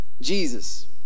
Jesus